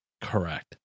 Correct